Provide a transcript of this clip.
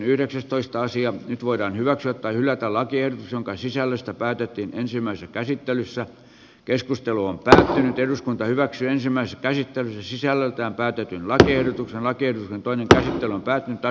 nyt voidaan hyväksyä tai hylätä lakiehdotus jonka sisällöstä päätettiin ensimmäisessä käsittelyssä keskustelua lähinnä eduskunta hyväksyi ensimmäiset päihittää sisällöltään päätetyn lakiehdotuksen hakee toinen tähtelän pää tär